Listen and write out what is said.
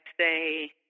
say